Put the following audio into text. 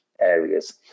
areas